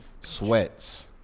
Sweats